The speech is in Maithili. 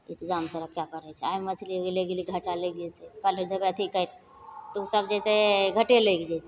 इन्तजामसे राखै पड़ै छै आइ हम मछली लै गेली तऽ घाटा लागि जएतै काल्हि देबै अथी करि तऽ ओसब जतेक घटे लागि जएतै